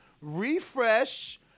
Refresh